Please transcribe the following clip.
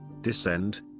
descend